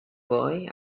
boy